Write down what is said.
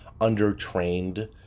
under-trained